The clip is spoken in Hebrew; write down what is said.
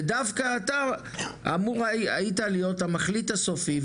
ודווקא אתה אמור היית להיות המחליט הסופי,